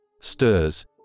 stirs